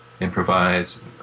improvise